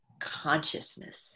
consciousness